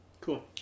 Cool